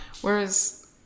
whereas